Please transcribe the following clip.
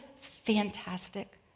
fantastic